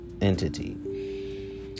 entity